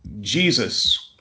Jesus